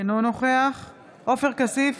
אינו נוכח עופר כסיף,